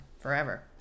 forever